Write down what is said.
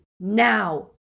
Now